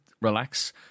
relax